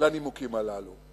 לנימוקים הללו: